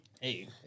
Hey